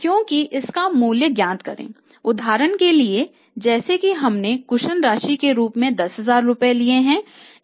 क्योंकि इसका मूल्य ज्ञात करें उदाहरण के लिए जैसा कि हमने कुशन राशि के रूप में 10000 रुपये लिए हैं